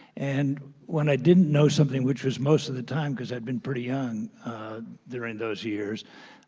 and when i didn't know something, which was most of the time cause i'd been pretty young during those years,